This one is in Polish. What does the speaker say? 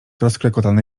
rozklekotane